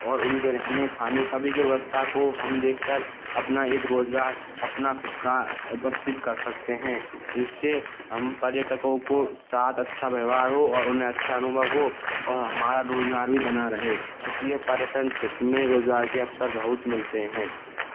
और उनके रहने खाने सभी की व्यवस्था को हम देखकर अपना एक रोज़गार अपना खुद का उपस्थित कर सकते हैं जिससे हम पर्यटकों को साथ अच्छा व्यवहार हो और उन्हें अच्छा अनुभव हो और हमारा रोज़गार भी बना रहे इसलिए पर्यटन क्षेत्र में रोज़गार के अवसर बहुत मिलते हैं